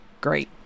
great